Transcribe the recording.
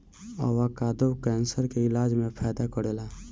avocado cancer के इलाज में फायदा करेला